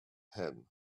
him